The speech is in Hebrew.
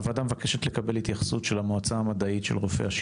הוועדה מבקשת לקבל התייחסות של המועצה המדעית של רופאי